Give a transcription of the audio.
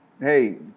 hey